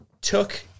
took